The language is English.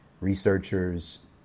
researchers